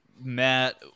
Matt